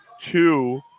two